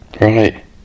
right